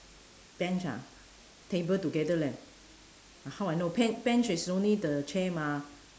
bench ah table together leh how I know be~ bench is only the chair mah